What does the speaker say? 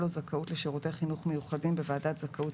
לו זכאות לשירותי חינוך מיוחדים בוועדת זכאות